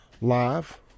live